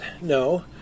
no